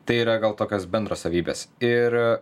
tai yra gal tokios bendros savybės ir